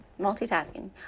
multitasking